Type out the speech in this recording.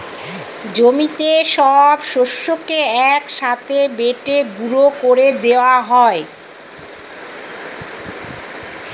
জমিতে সব শস্যকে এক সাথে বেটে গুঁড়ো করে দেওয়া হয়